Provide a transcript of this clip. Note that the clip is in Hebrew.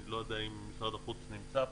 אני לא יודע אם משרד החוץ נמצא פה.